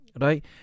Right